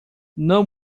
não